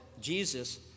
Jesus